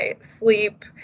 sleep